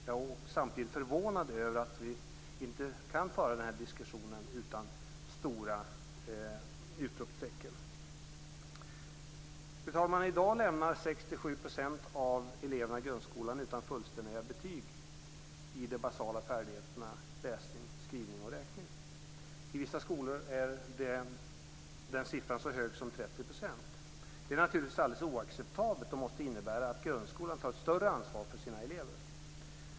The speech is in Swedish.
Jag är samtidigt förvånad över att vi inte kan föra denna diskussion utan stora utropstecken. Fru talman! I dag lämnar 6-7 % av eleverna grundskolan utan fullständiga betyg i de basala färdigheterna läsning, skrivning och räkning. I vissa skolor är den siffran så hög som 30 %. Det är naturligtvis alldeles oacceptabelt och måste innebära att grundskolan tar ett större ansvar för sina elever.